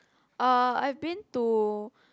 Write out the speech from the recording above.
uh I've been to